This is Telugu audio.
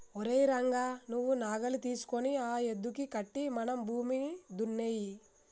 ఓరై రంగ నువ్వు నాగలి తీసుకొని ఆ యద్దుకి కట్టి మన భూమిని దున్నేయి